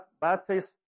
Baptist